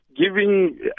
giving